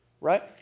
Right